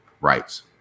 rights